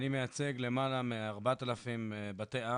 אני מייצג למעלה מ-4,000 בתי אב,